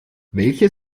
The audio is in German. welche